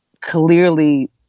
clearly